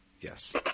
Yes